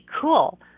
cool